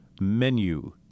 menu